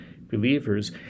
believers